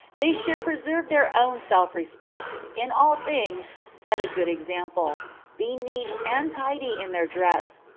they should preserve their own self-respect in all things set a good example be neat and tidy in their dress,